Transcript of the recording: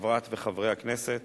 חברת וחברי הכנסת,